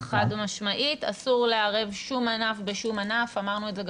נכון, חד משמעית, אסור לערב שום ענף בשום ענף,